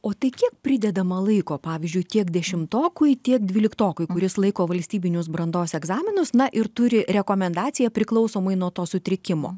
o tai pridedama laiko pavyzdžiui tiek dešimtokui tiek dvyliktokui kuris laiko valstybinius brandos egzaminus na ir turi rekomendaciją priklausomai nuo to sutrikimo